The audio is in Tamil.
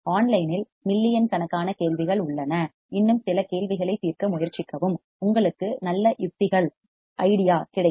ஆன்லைனில் மில்லியன் கணக்கான கேள்விகள் உள்ளன இன்னும் சில கேள்விகளைத் தீர்க்க முயற்சிக்கவும் உங்களுக்கு நல்ல யுக்திகள் ஐடியா கிடைக்கும்